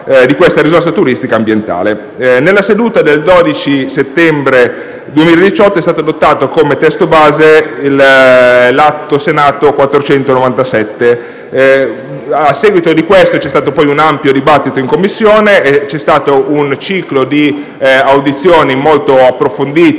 Nella seduta del 12 settembre 2018 è stato adottato come testo base l'Atto Senato 497. A seguito di questo, si è svolto un ampio dibattito in Commissione, c'è stato un ciclo di audizioni molto approfondito